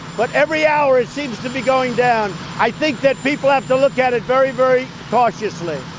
but every hour it seems to be going down. i think that people have to look at it very, very cautiously